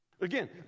Again